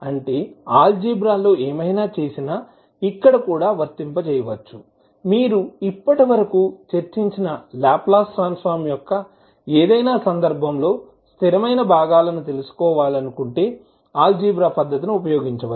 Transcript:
అంటే ఆల్జీబ్రా లో ఏమైనా చేసినా ఇక్కడ కూడా వర్తింపజేయవచ్చు మీరు ఇప్పటి వరకు చర్చించిన లాప్లాస్ ట్రాన్స్ ఫార్మ్ యొక్క ఏదైనా సందర్భంలో స్థిరమైన భాగాలను తెలుసుకోవాలనుకుంటే ఆల్జీబ్రా పద్ధతి ఉపయోగించవచ్చు